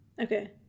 Okay